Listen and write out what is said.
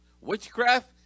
Witchcraft